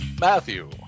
Matthew